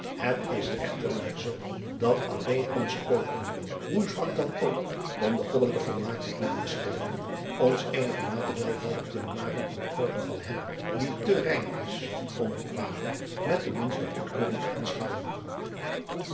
het is echter maar zoo dat alleen onze pogingen hoe zwak dan ook om de goddelijke volmaaktheid na te streven ons eenigermate welgevallig kunnen maken in de oogen van hem die te rein is om het kwade met de minste goedkeuring te aanschouwen